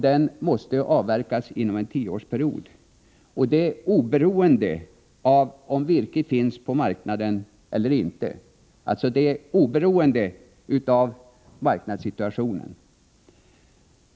Den måste då avverkas inom en tioårsperiod, oberoende av om virke finns på marknaden eller inte, oberoende av marknadssituationen.